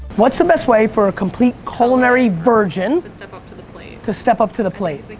what's the best way for a complete culinary virgin to step up to the plate? to step up to the plate?